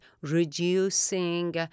reducing